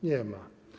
Nie ma.